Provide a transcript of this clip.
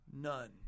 none